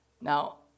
Now